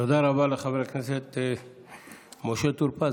תודה רבה לחבר הכנסת משה טור פז.